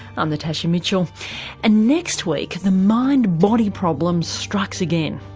i'm natasha mitchell and next week the mind body problem strikes again.